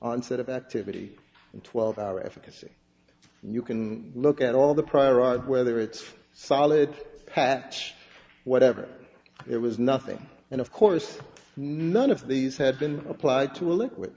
onset of activity in twelve hour efficacy you can look at all the prior art whether it's solid patch whatever it was nothing and of course none of these had been applied to a liquid